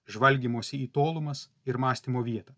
žvalgymosi į tolumas ir mąstymo vietą